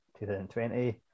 2020